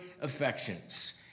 affections